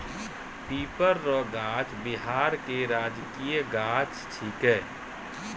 पीपर रो गाछ बिहार के राजकीय गाछ छिकै